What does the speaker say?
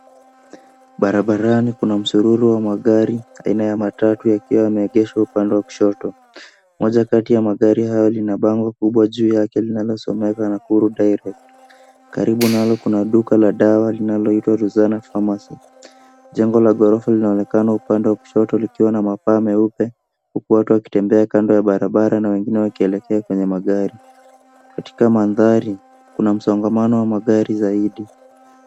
Barabarani kuna msururu wa magari, aina ya matatu yakiwa yameegeshwa upande wa kushoto. Moja ya kati ya magari hayo lina bango kubwa juu yake linalosomeka Nakuru Direct . Karibu nalo kuna duka la dawa linaloitwa Rozana Pharmacy . Jengo la ghorofa linaonekana upande wa kushoto likiwa na mapaa meupe huku watu wakitembea kando ya barabara na wengine wakielekea kwenye magari. Katika mandhari kuna msongamano wa magari zaidi.